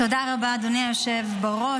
תודה רבה, אדוני היושב בראש.